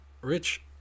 Rich